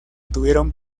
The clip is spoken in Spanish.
tuvieron